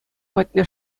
патне